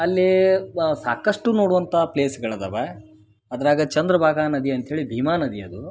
ಅಲ್ಲೀ ವ ಸಾಕಷ್ಟು ನೋಡುವಂಥಾ ಪ್ಲೇಸ್ಗಳಾದಾವ ಅದ್ರಾಗ ಚಂದ್ರ ಭಾಗ ನದಿ ಅಂತೇಳಿ ಭೀಮ ನದಿ ಅದು